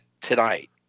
tonight